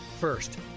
First